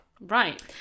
Right